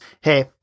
Hey